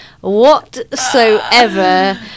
whatsoever